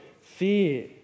fear